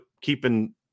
keeping